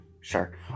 Sure